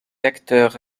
acteurs